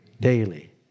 Daily